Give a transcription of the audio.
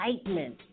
excitement